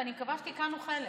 ואני מקווה שתיקנו חלק.